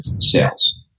sales